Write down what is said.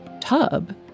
tub